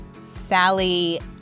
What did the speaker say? Sally